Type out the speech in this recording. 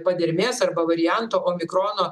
padermės arba varianto o mikrono